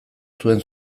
zuen